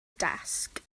dasg